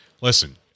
listen